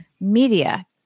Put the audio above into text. media